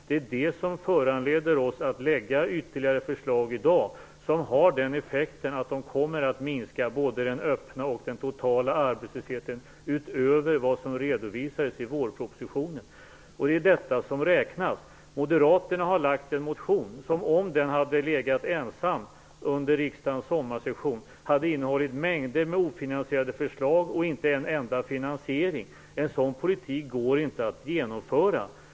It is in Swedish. Det är det som föranleder regeringen att lägga fram ytterligare förslag i dag, som har effekten att de kommer att minska både den öppna och den totala arbetslösheten utöver vad som redovisades i vårpropositionen. Det är detta som räknas. Moderaterna har väckt en motion som om den hade legat ensam under riksdagens sommarsession hade inneburit mängder av ofinansierade förslag och inte en enda finansiering. En sådan politik går inte att genomföra.